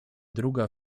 druga